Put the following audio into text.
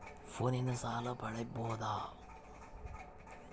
ಫೋನಿನಿಂದ ಸಾಲ ಪಡೇಬೋದ?